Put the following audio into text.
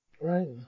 Right